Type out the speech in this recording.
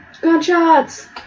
Gunshots